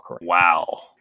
Wow